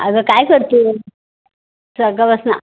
अगं काय करते आहेस सकाळपासून